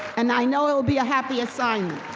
and i know it will be a happy assignment.